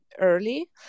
early